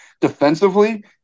Defensively